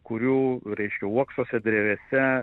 kurių reiškia uoksuose drevėse